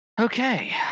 Okay